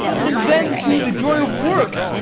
and then, too, the joy of work!